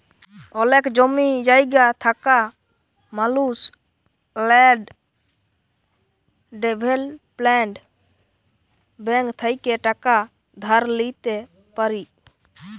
অলেক জমি জায়গা থাকা মালুস ল্যাল্ড ডেভেলপ্মেল্ট ব্যাংক থ্যাইকে টাকা ধার লিইতে পারি